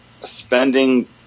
Spending